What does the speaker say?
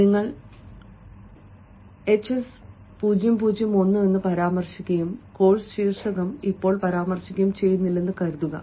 നിങ്ങൾ hs 0 0 1 എന്ന് പരാമർശിക്കുകയും കോഴ്സ് ശീർഷകം ഇപ്പോൾ പരാമർശിക്കുകയും ചെയ്യുന്നില്ലെന്ന് കരുതുക